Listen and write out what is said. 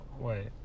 Wait